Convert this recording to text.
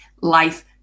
life